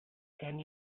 can